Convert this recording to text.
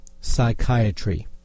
Psychiatry